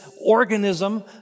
organism